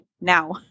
now